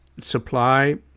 supply